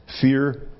fear